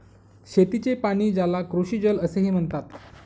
शेतीचे पाणी, ज्याला कृषीजल असेही म्हणतात